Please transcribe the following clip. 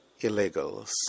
illegals